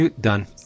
Done